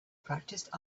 practiced